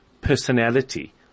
personality